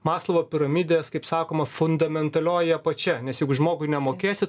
maslovo piramidės kaip sakoma fundamentalioji apačia nes jeigu žmogui nemokėsi